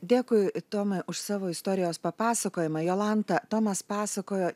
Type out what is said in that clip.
dėkui tomai už savo istorijos papasakojimą jolanta tomas pasakojo